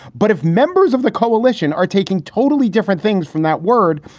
but if members of the coalition are taking totally different things from that word,